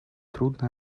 трудно